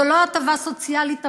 זו לא הטבה סוציאלית עבורם.